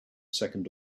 second